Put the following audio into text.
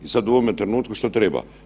I sad u ovome trenutku šta treba?